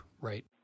right